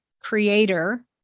creator